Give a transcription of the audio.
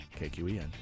KQEN